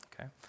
okay